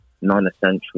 non-essential